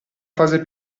fase